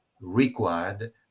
required